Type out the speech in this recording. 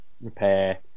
Repair